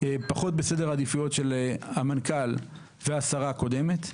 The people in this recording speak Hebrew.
פחות בסדר העדיפויות של המנכ"ל והשרה הקודמת.